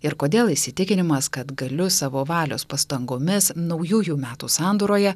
ir kodėl įsitikinimas kad galiu savo valios pastangomis naujųjų metų sandūroje